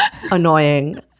annoying